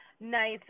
nice